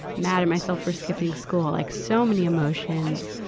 mad at myself for skipping school, like so many emotions,